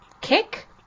kick